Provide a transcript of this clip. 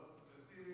גברתי